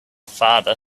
father